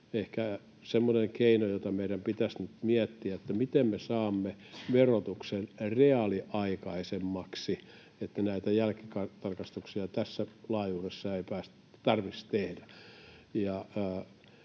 Ehkä semmoinen keino, jota meidän pitäisi miettiä, on se, miten me saamme verotuksen reaaliaikaisemmaksi, niin että näitä jälkitarkastuksia tässä laajuudessa ei tarvitsisi tehdä.